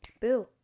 boo